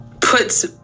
puts